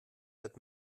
wird